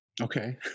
Okay